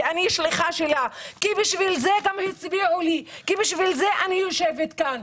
כי אני שליחה שלה ובשביל זה הצביעו לי ובשביל זה אני יושבת כאן.